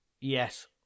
Yes